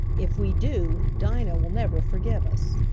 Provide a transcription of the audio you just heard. if we do, dinah will never forgive us.